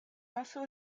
also